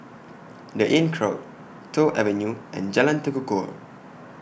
The Inncrowd Toh Avenue and Jalan Tekukor